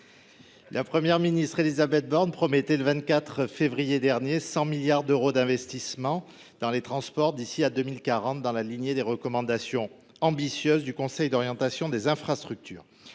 la Première ministre promettait de réaliser 100 milliards d’euros d’investissements dans les transports d’ici à 2040, dans la lignée des recommandations ambitieuses du Conseil d’orientation des infrastructures